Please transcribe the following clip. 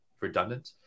redundant